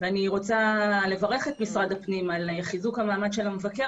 אני רוצה לברך את משרד הפנים על חיזוק המעמד של המבקר